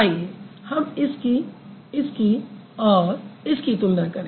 आइए हम इसकी इसकी और इसकी तुलना करें